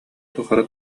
тухары